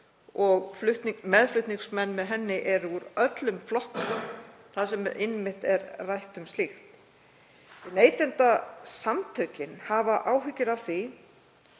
og meðflutningsmenn með henni eru úr öllum flokkum, þar sem einmitt er rætt um slíkt. Neytendasamtökin hafa áhyggjur af því